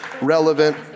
Relevant